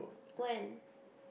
when